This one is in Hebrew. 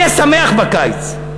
יהיה שמח בקיץ.